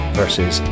versus